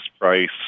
price